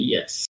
Yes